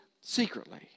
secretly